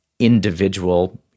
individual